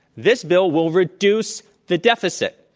this bill will reduce the deficit.